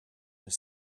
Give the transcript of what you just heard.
his